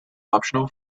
optional